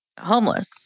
homeless